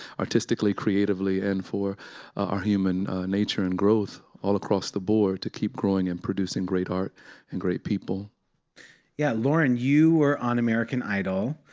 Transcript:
artistically, creatively, and for our human nature and growth all across the board, to keep growing and producing great art and great people. speaker yeah, loren, you were on american idol.